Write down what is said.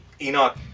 Enoch